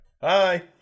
Hi